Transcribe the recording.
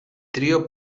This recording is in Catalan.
trio